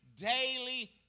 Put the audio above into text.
daily